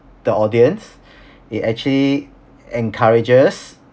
the audience it actually encourages